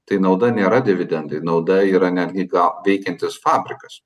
tai nauda nėra dividendai nauda yra netgi gal veikiantis fabrikas